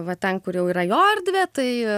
va ten kur jau yra jo erdvė tai